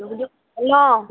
hello